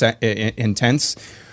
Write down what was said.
intense